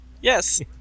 Yes